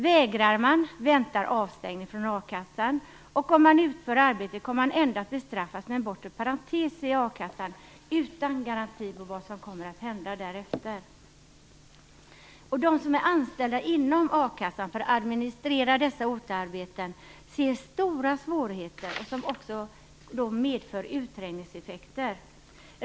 Om man vägrar, väntar avstängning från a-kassan, och om man utför arbetet kommer man ändå att bestraffas med en bortre parentes i a-kassan, utan garanti för vad som kommer att hända därefter. De som är anställda inom a-kassan för att administrera dessa OTA-arbeten ser stora svårigheter, som också medför utträngningseffekter.